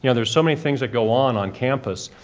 you know, there are so many things that go on on campus,